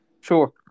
Sure